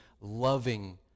loving